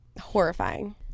horrifying